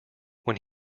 when